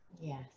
Yes